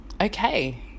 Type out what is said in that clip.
okay